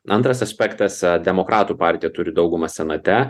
antras aspektas demokratų partija turi daugumą senate